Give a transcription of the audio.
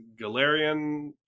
Galarian